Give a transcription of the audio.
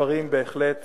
הדברים בהחלט